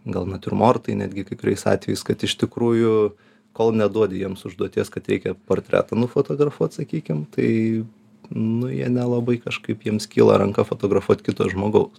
gal natiurmortai netgi kai kuriais atvejais kad iš tikrųjų kol neduodi jiems užduoties kad reikia portretą nufotografuot sakykim tai nu jie nelabai kažkaip jiems kyla ranka fotografuot kito žmogaus